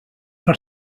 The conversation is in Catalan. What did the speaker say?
per